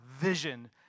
vision